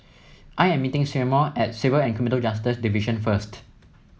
I am meeting Seymour at Civil and Criminal Justice Division first